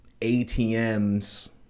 atms